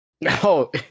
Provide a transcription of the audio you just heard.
no